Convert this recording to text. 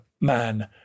man